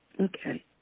Okay